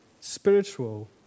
spiritual